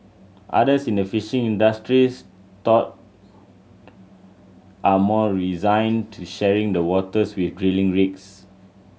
others in the fishing industries though are more resigned to sharing the waters with drilling rigs